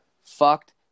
fucked